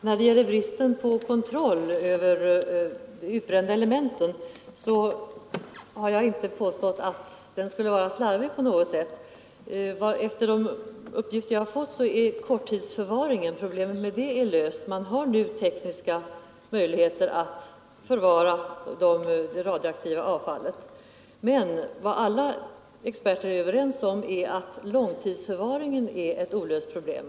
Herr talman! När det gäller kontrollen över de utbrända elementen har jag inte påstått att den på något sätt skulle vara slarvig. Enligt de uppgifter jag har fått är problemet med korttidsförvaringen löst. Man har nu tekniska möjligheter att förvara det radioktiva avfallet. Men alla experter är överens om att långtidsförvaringen är ett olöst problem.